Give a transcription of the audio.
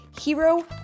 Hero